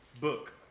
book